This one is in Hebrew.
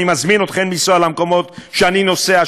אני מזמין אתכם לנסוע למקומות שאני נוסע,